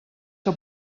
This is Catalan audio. que